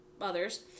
others